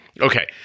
Okay